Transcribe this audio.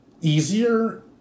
easier